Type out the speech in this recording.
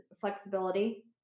flexibility